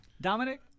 Dominic